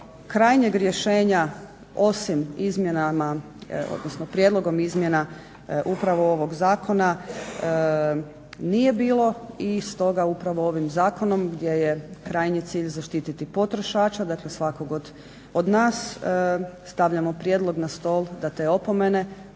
Krajnjeg rješenja osim izmjenama, odnosno prijedlogom izmjena upravo ovog zakona nije bilo i stoga upravo ovim zakonom gdje je krajnji cilj zaštititi potrošača, dakle svakog od nas, stavljamo prijedlog na stol da te opomene